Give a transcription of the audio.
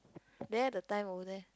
there the time over there